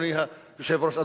אדוני היושב-ראש,